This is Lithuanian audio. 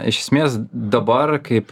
iš esmės dabar kaip